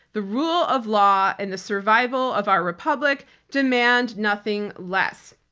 the rule of law and the survival of our republic demand nothing less.